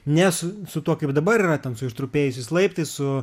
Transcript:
nesu su tuo kaip dabar yra ten su ištrupėjusiais laiptais su